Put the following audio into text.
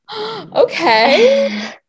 okay